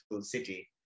city